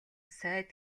сайд